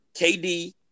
KD